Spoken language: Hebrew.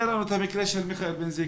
היה לנו את המקרה של מיכאל בן זקרי.